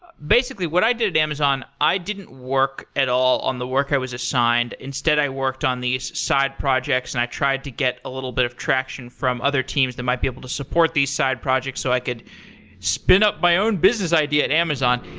basically, what i did at amazon, i didn't work at all on the work i was assigned. instead, i worked on the these side projects, and i tried to get a little bit of traction from other teams that might be able to support these side projects so i could spin up my own business idea at amazon.